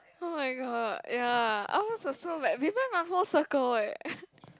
oh-my-god ya ours also like we went a whole circle eh